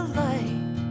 light